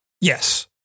Yes